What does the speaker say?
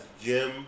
Jim